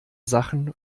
sachen